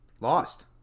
lost